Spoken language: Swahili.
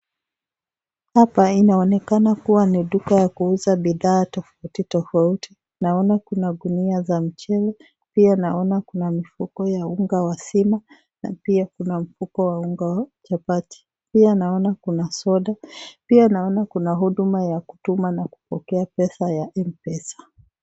Hapa inaonekana kuwa ni duka la kuuza bidhaa tofauti tofauti naona kuna gunia za mchele pia naona kuna mifuko ya unga wa sima na pia kuna mfuko wa unga wa chapati, pia naona kuna soda. Pia naona kuna huduma ya kutuma na kupokea pesa ya M-pesa.